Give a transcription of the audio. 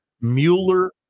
Mueller